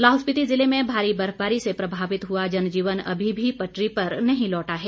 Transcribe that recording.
लाहौल स्पिति ज़िले में भारी बर्फबारी से प्रभावित हुआ जनजीवन अभी भी पटरी पर नहीं लौटा है